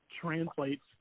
translates